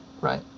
right